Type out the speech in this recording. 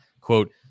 Quote